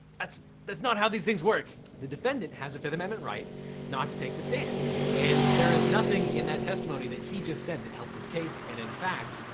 that's, that's not how these things work. the defendant has a fifth amendment right not to take the stand and there is nothing in that testimony that he just said that helped his case and in fact,